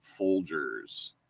Folgers